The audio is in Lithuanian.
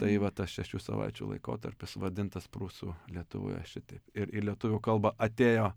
tai va tas šešių savaičių laikotarpis vadintas prūsų lietuvoje šitaip ir į lietuvių kalbą atėjo